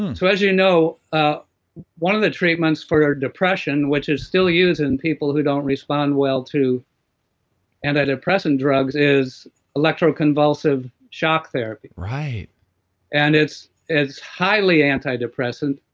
and so as you know, ah one of the treatments for depression, which is still used in people who don't respond well to antidepressant drugs is electroconvulsive shock therapy right and it's highly antidepressant.